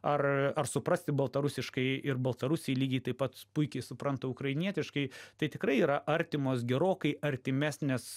ar ar suprasti baltarusiškai ir baltarusiai lygiai taip pat puikiai supranta ukrainietiškai tai tikrai yra artimos gerokai artimesnės